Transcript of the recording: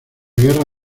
guerra